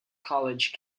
college